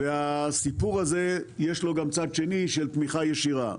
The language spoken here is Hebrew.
ולסיפור הזה יש גם צד שני של תמיכה ישירה.